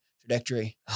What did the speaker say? Trajectory